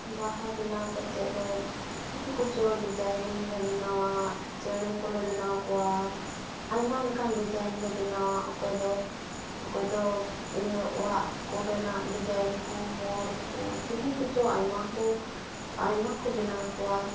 ᱵᱟᱦᱟ ᱵᱮᱱᱟᱣ ᱠᱟᱛᱮᱫ ᱫᱚ ᱪᱤᱞᱤ ᱠᱚᱪᱚᱝ ᱰᱤᱡᱟᱭᱤᱱ ᱞᱮ ᱵᱮᱱᱟᱣᱟ ᱪᱮᱬᱮ ᱠᱚᱞᱮ ᱵᱮᱱᱟᱣ ᱠᱚᱣᱟ ᱟᱭᱢᱟ ᱞᱮᱠᱟᱱ ᱰᱤᱡᱟᱭᱤᱱ ᱞᱮ ᱵᱮᱱᱟᱣᱟ ᱚᱠᱚᱭ ᱫᱚ ᱚᱠᱚᱭ ᱫᱚ ᱚᱲᱟᱜ ᱠᱚᱨᱮᱱᱟᱜ ᱰᱤᱡᱟᱭᱤᱱ ᱠᱚ ᱦᱚᱲ ᱠᱚ ᱪᱤᱞᱤ ᱠᱚᱪᱚᱝ ᱟᱭᱢᱟ ᱠᱚ ᱟᱭᱢᱟ ᱠᱚ ᱵᱮᱱᱟᱣ ᱠᱚᱣᱟ